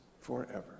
forever